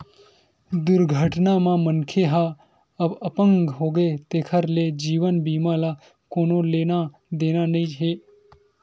दुरघटना म मनखे ह अपंग होगे तेखर ले जीवन बीमा ल कोनो लेना देना नइ हे